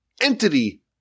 entity